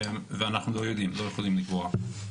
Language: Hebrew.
ואנחנו לא יכולים לקבוע.